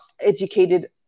educated